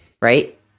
Right